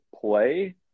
play